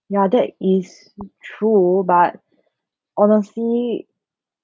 ya that is mm true but honestly